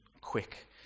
quick